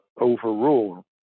overrule